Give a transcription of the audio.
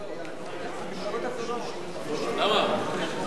יש בסיעתו של עפו אגבאריה ארבעה אנשים.